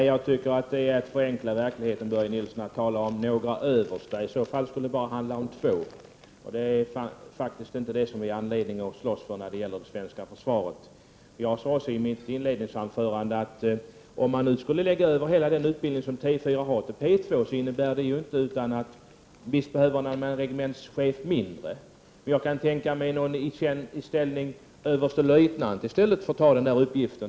Herr talman! Det är att förenkla verkligheten när man talar om några överstar, Börje Nilsson. I så fall skulle det bara handla om två stycken. Det är faktiskt inte det som ger oss anledning att slåss för det svenska försvaret. Jag sade i mitt inledningsanförande att om hela den utbildning som T4 har skall läggas över på P2, innebär det att man behöver en regementschef mindre. Jag kan tänka mig att någon i överstelöjtnants ställning i stället tar över den uppgiften.